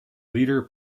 leader